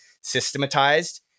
systematized